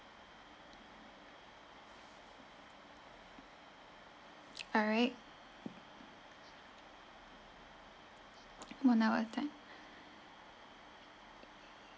alright